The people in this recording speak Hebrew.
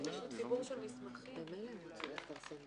קודם כל,